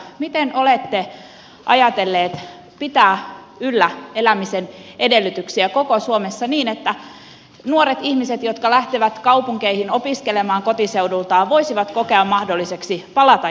miten olette ajatelleet pitää yllä elämisen edellytyksiä koko suomessa niin että nuoret ihmiset jotka lähtevät kaupunkeihin opiskelemaan kotiseudultaan voisivat kokea mahdolliseksi palaamisen juurilleen